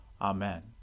Amen